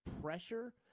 pressure